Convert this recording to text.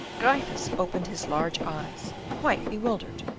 gryphus opened his large eyes, quite bewildered.